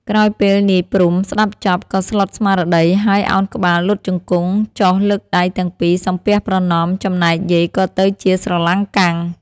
ក្រោយពេលនាយ ព្រហ្ម ស្ដាប់ចប់ ក៏ស្លុតស្មារតី ហើយឱនក្បាលលុតជង្គង់ចុះលើកដៃទាំងពីរ សំពះប្រណម្យ ចំណែកយាយក៏ទៅជាស្រឡាំងកាំង ។